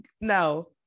no